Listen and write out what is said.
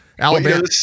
Alabama